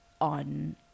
on